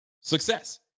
Success